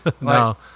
No